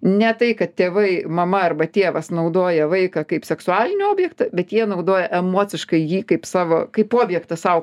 ne tai kad tėvai mama arba tėvas naudoja vaiką kaip seksualinį objektą bet jie naudoja emociškai jį kaip savo kaip objektą sau